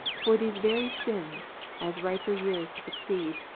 for these very sins, as riper years succeed,